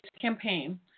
campaign